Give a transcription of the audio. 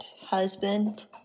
husband